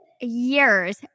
years